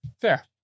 fair